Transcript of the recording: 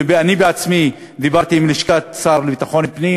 ואני בעצמי דיברתי עם לשכת השר לביטחון פנים